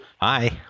Hi